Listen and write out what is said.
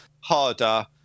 harder